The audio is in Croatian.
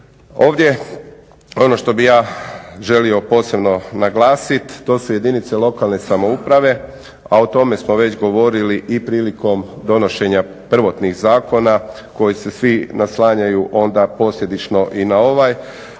Ovdje ono što bih ja želio posebno naglasiti to su jedinice lokalne samouprave, a o tome smo već govorili i prilikom donošenja prvotnih zakona koji se svi naslanjaju onda posljedično i na ovaj